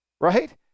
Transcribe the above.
right